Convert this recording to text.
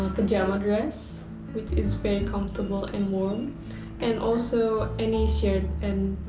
pjama-dress which is very comfortable and warm and also any shirt and